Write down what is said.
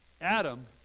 Adam